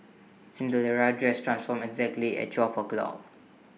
Cinderella's dress transformed exactly at twelve o'clock